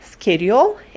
schedule